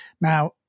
Now